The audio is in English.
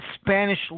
Spanish